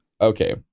okay